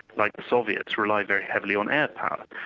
like the soviets, rely very heavily on air power.